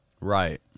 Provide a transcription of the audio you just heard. Right